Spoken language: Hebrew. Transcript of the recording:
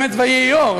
באמת "ויהי אור",